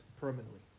permanently